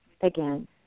again